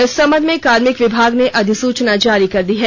इस संबंध में कार्मिक विभाग ने अधिसूचना जारी कर दी है